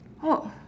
what